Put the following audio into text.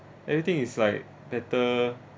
everything is like better